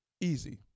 easy